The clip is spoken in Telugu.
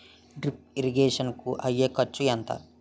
డ్రిప్ ఇరిగేషన్ కూ అయ్యే ఖర్చు ఎంత?